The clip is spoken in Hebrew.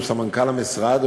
סמנכ"ל המשרד,